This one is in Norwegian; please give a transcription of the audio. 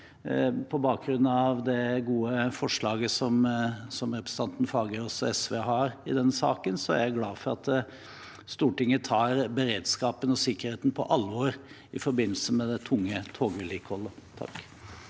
på bakgrunn av det gode forslaget som representanten Fagerås og SV har i denne saken, er jeg glad for at Stortinget tar beredskapen og sikkerheten på alvor i forbindelse med det tunge togvedlikeholdet. Geir